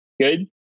Good